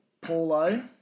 Paulo